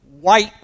white